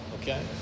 okay